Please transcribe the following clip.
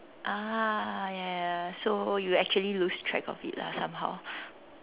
ah ya ya so you actually lose track of it lah somehow